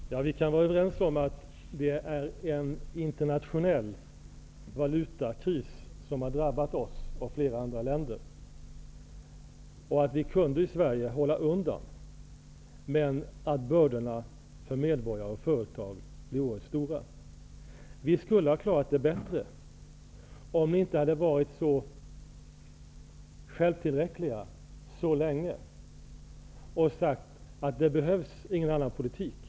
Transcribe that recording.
Herr talman! Vi kan vara överens om att en internationell valutakris har drabbat Sverige och flera andra länder. I Sverige kunde vi hålla undan. Bördorna för medborgare och företag blir dock oerhört stora. Vi skulle ha kunnat klara situationen bättre om man inte hade varit så självtillräckliga så länge och inte hävdat att det inte behövs någon annan politik.